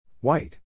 White